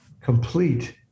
complete